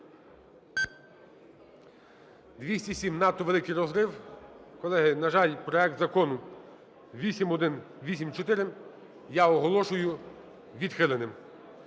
За-207 Надто великий розрив. Колеги, на жаль, проект закону 8184 я оголошую відхиленим.